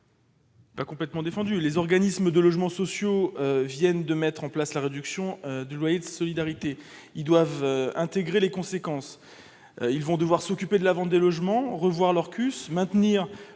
l'amendement n° 561. Les organismes de logement social viennent de mettre en place la réduction de loyer de solidarité. Ils doivent en tirer les conséquences. Ils vont ainsi devoir s'occuper de la vente de logements, revoir leurs conventions